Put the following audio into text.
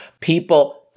People